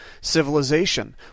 civilization